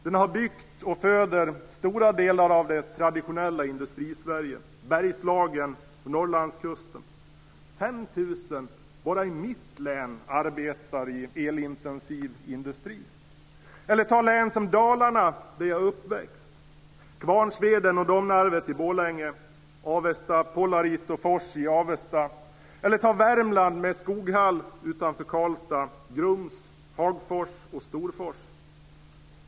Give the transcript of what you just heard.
Den har byggt och föder stora delar av de traditionella Bara i mitt län arbetar 5 000 personer i elintensiv industri. Ta ett län som Dalarna, där jag är uppväxt. Där finns Kvarnsveden och Domnarvet i Borlänge, Avesta Polarit och Fors i Avesta. Eller ta Värmland, med Skoghall utanför Karlstad, Grums, Hagfors och Storfors.